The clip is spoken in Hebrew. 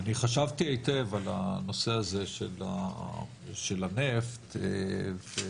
אני חשבתי היטב על הנושא הזה של הנפט ואני